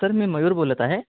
sir मी मयूर बोलत आहे